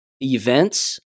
events